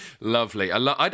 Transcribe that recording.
Lovely